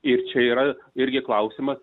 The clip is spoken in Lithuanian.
ir čia yra irgi klausimas